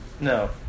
No